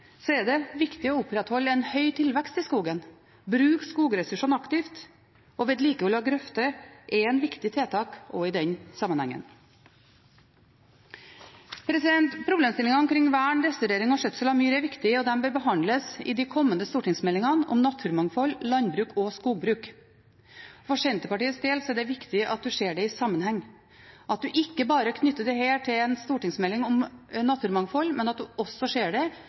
så lenge en god del av det dyrkearealet går ut av drift, kan man ikke hindre muligheten til å dyrke opp nye areal. Jeg synes også det er grunn til å påpeke at det i et klimaperspektiv er viktig å opprettholde en høy tilvekst i skogen og bruke skogressursene aktivt, og vedlikehold av grøfter er et viktig tiltak i den sammenhengen. Problemstillingene omkring vern, restaurering og skjøtsel av myr er viktig, og de bør behandles i de kommende stortingsmeldingene om naturmangfold, landbruk og skogbruk. For Senterpartiets del er det viktig at